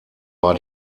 war